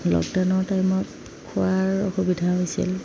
লকডাউনৰ টাইমত খোৱাৰ অসুবিধা হৈছিল